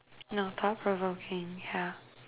no thought provoking yeah